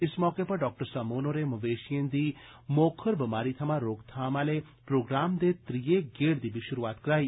इस मौके पर डाक्टर सामून होरें मवेशिएं दी मोखुर बमारी थमां रोकथाम आह्ले प्रोग्राम दे त्रीये गेड़ दी बी शुरुआत करोआई